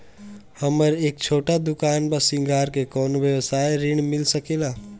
हमर एक छोटा दुकान बा श्रृंगार के कौनो व्यवसाय ऋण मिल सके ला?